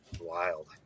Wild